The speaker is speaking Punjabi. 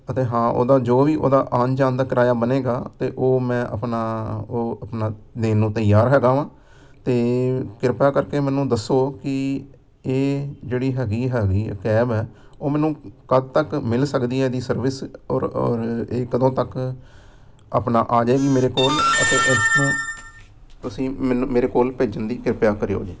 ਅਤੇ ਹਾਂ ਉਹਦਾ ਜੋ ਵੀ ਉਹਦਾ ਆਉਣ ਜਾਣ ਦਾ ਕਿਰਾਇਆ ਬਣੇਗਾ ਤਾਂ ਉਹ ਮੈਂ ਆਪਣਾ ਉਹ ਆਪਣਾ ਦੇਣ ਨੂੰ ਤਿਆਰ ਹੈਗਾ ਹਾਂ ਅਤੇ ਕਿਰਪਾ ਕਰਕੇ ਮੈਨੂੰ ਦੱਸੋ ਕਿ ਇਹ ਜਿਹੜੀ ਹੈਗੀ ਹੈਗੀ ਇਹ ਕੈਬ ਹੈ ਉਹ ਮੈਨੂੰ ਕਦੋਂ ਤੱਕ ਮਿਲ ਸਕਦੀ ਇਹਦੀ ਸਰਵਿਸ ਔਰ ਔਰ ਇਹ ਕਦੋਂ ਤੱਕ ਆਪਣਾ ਆ ਜਾਵੇਗੀ ਮੇਰੇ ਕੋਲ ਅਤੇ ਇੱਥੋਂ ਤੁਸੀਂ ਮੈਨੂੰ ਮੇਰੇ ਕੋਲ ਭੇਜਣ ਦੀ ਕਿਰਪਾ ਕਰਿਓ ਜੀ